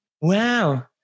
Wow